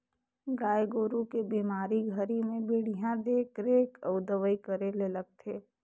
गाय गोरु के बेमारी घरी में बड़िहा देख रेख अउ दवई करे ले लगथे